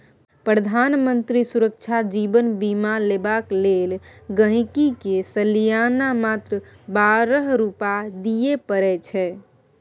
प्रधानमंत्री सुरक्षा जीबन बीमा लेबाक लेल गांहिकी के सलियाना मात्र बारह रुपा दियै परै छै